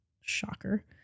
shocker